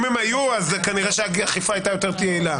אם הם היו, אז כנראה שהאכיפה הייתה יותר יעילה.